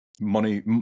money